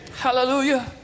Hallelujah